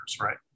right